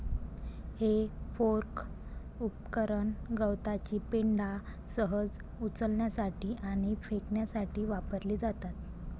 हे फोर्क उपकरण गवताची पेंढा सहज उचलण्यासाठी आणि फेकण्यासाठी वापरली जातात